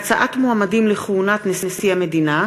9) (הצעת מועמדים לכהונת נשיא המדינה),